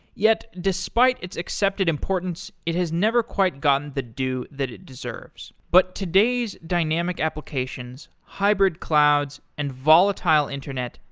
yet, despite its accepted importance, it has never quite gotten the due that it deserves. but today's dynamic applications, hybrid clouds and volatile internet,